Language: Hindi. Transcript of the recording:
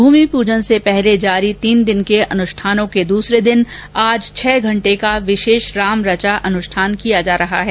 भूमि पूजन से पहले जारी तीन दिन के अनुष्ठानों के दूसरे दिन आज छह घंटे का विशेष राम रचा अनुष्ठान किया जा रहा है